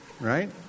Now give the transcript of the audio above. Right